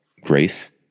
grace